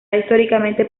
históricamente